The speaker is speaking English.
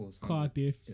Cardiff